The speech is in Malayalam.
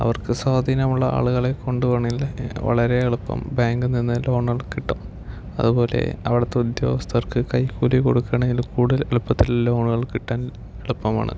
അവർക്ക് സ്വാധീനമുള്ള ആളുകളെ കൊണ്ടുപോകുവാണേൽ വളരെ എളുപ്പം ബാങ്കിൽ നിന്ന് ലോണുകൾ കിട്ടും അതുപോലെ അവിടുത്തെ ഉദ്യോഗസ്ഥർക്ക് കൈക്കൂലി കൊടുക്കണേൽ കൂടുതൽ എളുപ്പത്തിൽ ലോണുകൾ കിട്ടാൻ എളുപ്പമാണ്